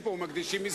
, חודשיים.